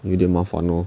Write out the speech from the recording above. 有点麻烦咯